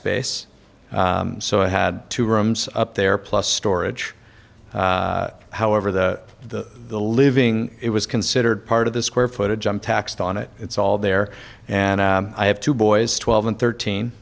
space so i had two rooms up there plus storage however the the the living it was considered part of the square footage i'm taxed on it it's all there and i have two boys twelve and